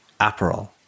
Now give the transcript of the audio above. Aperol